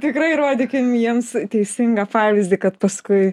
tikrai rodykim jiems teisingą pavyzdį kad paskui